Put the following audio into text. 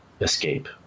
escape